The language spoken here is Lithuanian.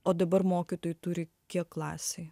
o dabar mokytojai turi kiek klasėj